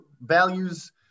values